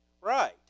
Right